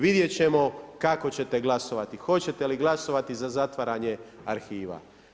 Vidjeti ćemo kako ćete glasovati, hoćete li glasovati za zatvaranje arhiva.